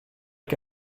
che